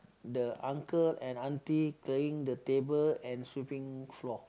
the uncle and auntie clearing the table and sweeping floor